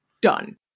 Done